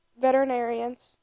veterinarians